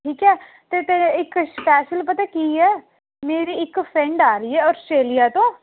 ਠੀਕ ਹੈ ਅਤੇ ਅਤੇ ਇੱਕ ਸ਼ਪੈਸ਼ਲ ਪਤਾ ਕੀ ਹੈ ਮੇਰੀ ਇੱਕ ਫਰੈਂਡ ਆ ਰਹੀ ਹੈ ਆਸਟਰੇਲੀਆ ਤੋਂ